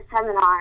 seminar